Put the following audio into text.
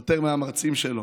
יותר מהמרצים שלו,